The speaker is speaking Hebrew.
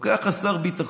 לוקח שר הביטחון,